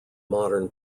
modern